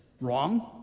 wrong